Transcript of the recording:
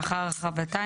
לאחר הרחבתה,